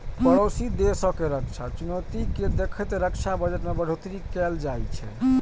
पड़ोसी देशक रक्षा चुनौती कें देखैत रक्षा बजट मे बढ़ोतरी कैल जाइ छै